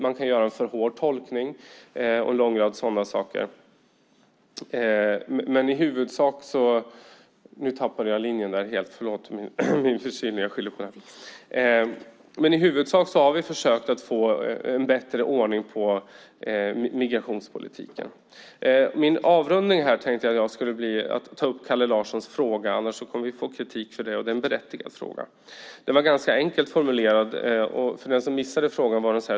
Man kan göra en för hård tolkning och så vidare. Men i huvudsak har vi försökt att få en bättre ordning på migrationspolitiken. Min avrundning här i dag tänkte jag skulle bli att ta upp Kalle Larssons fråga, annars kommer vi att få kritik. Det är en berättigad fråga. Den var ganska enkelt formulerad. Om någon missade frågan ska jag upprepa den.